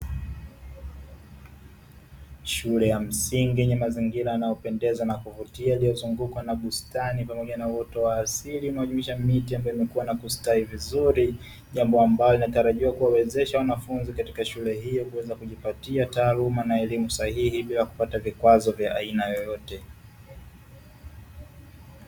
Shule ya msingi yenye mazingira yanayopendeza na kuvutia yaliyozungukwa na bustani pamoja na uoto wa asili, unaojumuisha miti ambayo imekuwa na kustawi vizuri, jambo ambalo linatarajiwa kuwawezesha wanafunzi katika shule hiyo kuweza kujipatia taaluma na elimu sahihi bila kupata vikwazo vya aina yoyote.